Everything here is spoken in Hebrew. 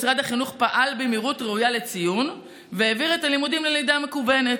משרד החינוך פעל במהירות ראויה לציון והעביר את הלימודים ללמידה מקוונת.